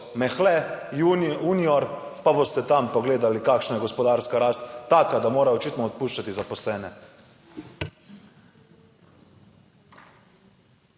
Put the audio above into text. Mehle, Unior, pa boste tam pogledali, kakšna je gospodarska rast - taka, da morajo očitno odpuščati zaposlene.